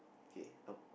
okay now